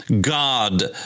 God